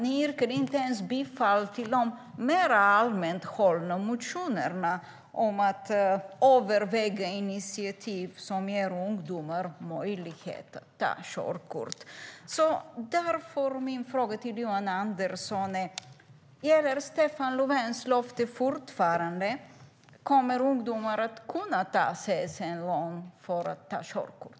Ni yrkade inte ens bifall till de mer allmänt hållna motionerna om att överväga initiativ som ger ungdomar möjlighet att ta körkort. Därför vill jag fråga Johan Andersson: Gäller Stefan Löfvens löfte fortfarande? Kommer ungdomar att kunna ta CSN-lån för att ta körkort?